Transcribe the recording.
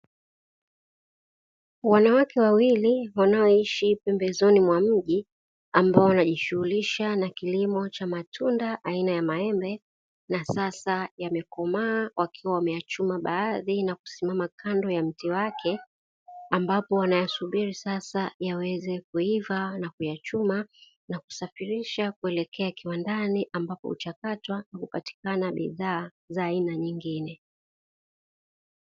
Wanawake wawili wanaoishi pembezoni mwa mji, ambao wanajishughulisha na kilimo cha matunda aina ya maembe na sasa yamekomaa, wakiwa wameyachuma baadhi na kusimama kando ya mti wake, ambapo wanayasubiri sasa yaweze kuiva na kuchuma na kusafirisha kuelekea kiwandani, ambapo huchakatwa na kupatikana bidhaa za aina nyingine.